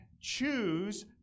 choose